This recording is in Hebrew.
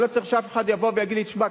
אני לא צריך שאף אחד יבוא ויגיד לי: תשמע,